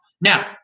Now